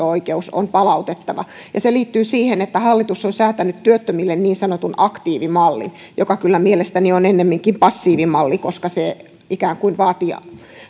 oikeus on palautettava ja se liittyy siihen että hallitus on säätänyt työttömille niin sanotun aktiivimallin joka kyllä mielestäni on ennemminkin passiivimalli koska se ikään kuin